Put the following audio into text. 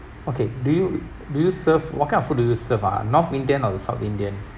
okay do you do you serve what kind of food do you serve ah north indian or the south indian